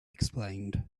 explained